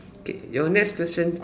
okay your next question